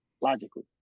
Logically